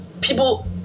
people